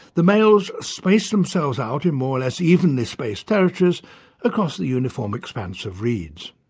the males space themselves out in more or less evenly spaced territories across the uniform expanse of reeds.